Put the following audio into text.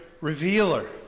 revealer